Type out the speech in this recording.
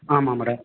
ஆமாம் மேடம்